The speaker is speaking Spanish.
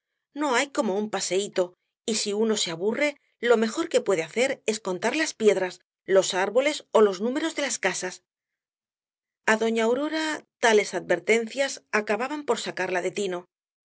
no hay como un paseíto y si uno se aburre lo mejor que puede hacer es contar las piedras los árboles ó los números de las casas a doña aurora tales advertencias acababan por sacarla de tino